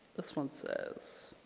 this one says